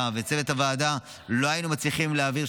וצוות הוועדה לא היינו מצליחים להעביר,